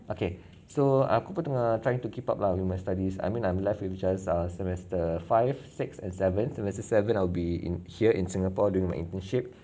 okay so aku pun tengah trying to keep up lah with my studies I mean I'm left with just err semester five six and seven so semester seven I'll be in here in singapore doing my internship